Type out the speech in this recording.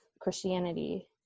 Christianity